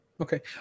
Okay